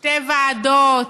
שתי ועדות,